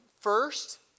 first